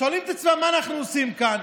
שואלים את עצמם מה אנחנו עושים כאן.